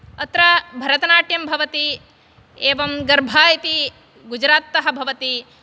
अत्र भरतनाट्यं भवति एवं गर्भा इति गुजरात् तः भवति